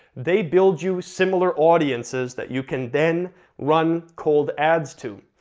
they build you similar audiences that you can then run cold ads to.